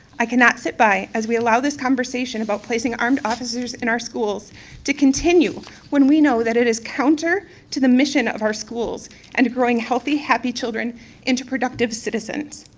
i cannot sit by as we allow this conversation about placing armed officers in our schools to continue when we know that it is counter to the mission of our schools into and growing healthy, happy children into productive citizens.